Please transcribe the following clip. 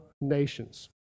nations